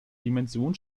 dimension